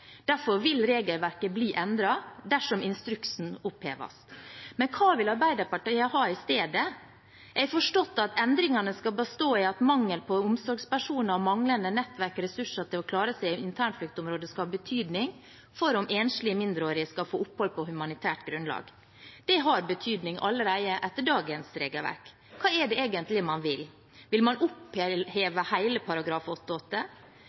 Derfor vil regelverket bli endret dersom instruksen oppheves. Men hva vil Arbeiderpartiet ha i stedet? Jeg har forstått at endringene skal bestå i at mangel på omsorgspersoner og manglende nettverk og ressurser til å klare seg i internfluktområdet skal ha betydning for om enslige mindreårige skal få opphold på humanitært grunnlag. Det har betydning allerede etter dagens regelverk. Hva er det egentlig man vil? Vil man